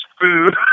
food